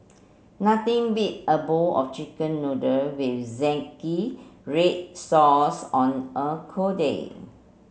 nothing beat a bowl of chicken noodle with zingy red sauce on a cold day